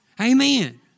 Amen